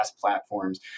platforms